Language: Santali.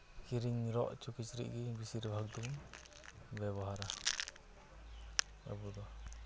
ᱠᱤᱨᱤᱧ ᱨᱚᱜ ᱦᱚᱪᱚ ᱠᱤᱪᱨᱤᱡᱽ ᱜᱮ ᱵᱤᱥᱤᱨ ᱵᱷᱟᱜᱽ ᱫᱩᱧ ᱵᱮᱵᱚᱦᱟᱨᱟ ᱟᱵᱚ ᱫᱚ